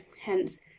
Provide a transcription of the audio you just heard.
Hence